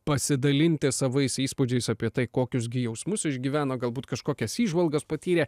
pasidalinti savais įspūdžiais apie tai kokius gi jausmus išgyveno galbūt kažkokias įžvalgas patyrė